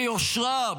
ביושרה,